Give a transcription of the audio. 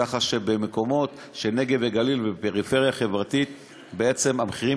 כך שבמקומות בנגב ובגליל ובפריפריה החברתית בעצם המחירים,